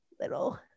little